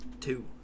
Two